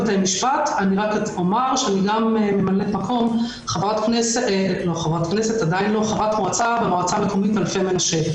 אני רק אומר שאני גם ממלאת-מקום חברת מועצה במועצה המקומית אלפי מנשה.